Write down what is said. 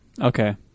Okay